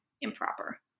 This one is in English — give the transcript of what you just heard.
improper